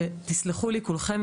תסלחו לי כולכם,